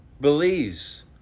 Belize